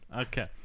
Okay